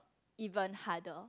even harder